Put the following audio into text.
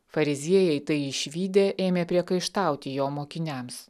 fariziejai tai išvydę ėmė priekaištauti jo mokiniams